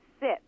sit